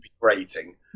rating